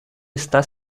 está